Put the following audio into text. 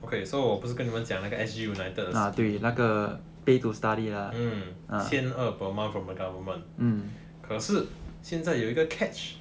okay so 我不是跟你们讲那个 S_G united hmm 千二 per month from the government 可是现在有一个 catch